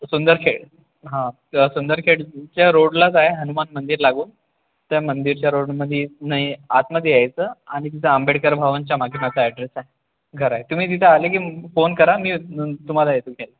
सूंदरखेड हा सुंदर खेडच्या च्या रोडलाच आहे हनुमान मंदिर लागून तर मंदिर रोडमध्ये नाही आतमध्ये यायचं आणि तिथं आंबेडकर भवनच्या मागे माझा ऍड्रेस आहे घर आहे तुम्ही तिथं आले की मला फोन करा मी तुम्हाला येतो घ्यायला